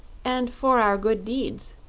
and for our good deeds,